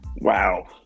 wow